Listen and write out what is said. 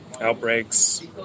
outbreaks